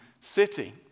city